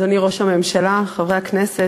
אדוני ראש הממשלה, חברי הכנסת,